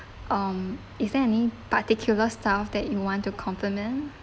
um is there any particular staff that you want to compliment